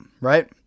right